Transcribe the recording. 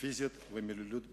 פיזיות ומילוליות בבתי-ספר,